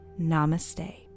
Namaste